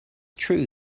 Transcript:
true